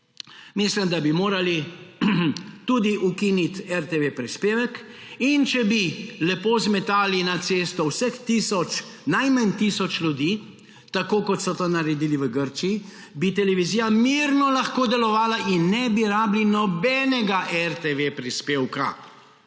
Mislim, da bi morali tudi ukiniti RTV-prispevek. In če bi lepo zmetali na cesto najmanj tisoč ljudi, tako kot so to naredili v Grčiji, bi televizija mirno lahko delovala in ne bi rabili nobenega RTV-prispevka.